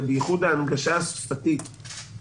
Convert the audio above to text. ובייחוד ההנגשה השפתית.